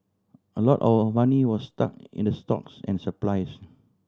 a lot of our money was stuck in the stocks and supplies